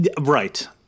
Right